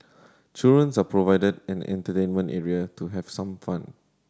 children are provided an entertainment area to have some fun